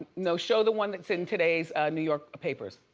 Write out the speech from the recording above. no, show the one that's in today's new york papers.